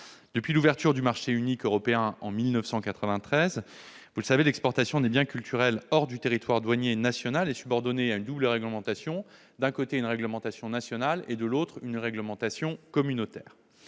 Depuis l'ouverture du marché unique européen en 1993, l'exportation des biens culturels hors du territoire douanier national est subordonnée à une double réglementation : une réglementation nationale et une réglementation communautaire.